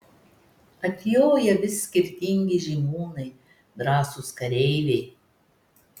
atjoja vis skirtingi žymūnai drąsūs kareiviai